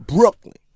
Brooklyn